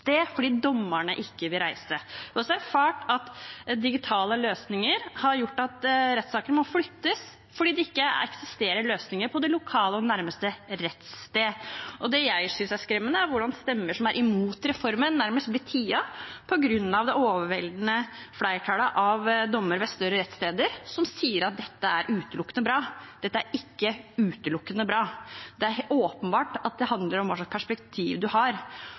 fordi dommerne ikke vil reise. Vi har også erfart at digitale løsninger har gjort at rettssaken må flyttes fordi det ikke eksisterer løsninger på det lokale og nærmeste rettssted. Det jeg syns er skremmende, er hvordan stemmer som er imot reformen, nærmest blir tiet i hjel på grunn av det overveldende flertallet av dommere ved større rettssteder som sier at dette er utelukkende bra. Dette er ikke utelukkende bra. Det er åpenbart at det handler om hva slags perspektiv man har.